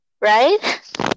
Right